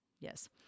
yes